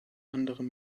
anderem